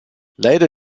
leider